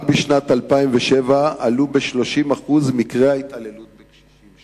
רק בשנת 2007 עלו ב-30% מקרי ההתעללות בקשישים.